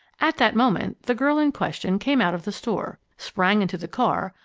at that moment, the girl in question came out of the store, sprang into the car,